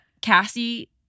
Cassie